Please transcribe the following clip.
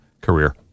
career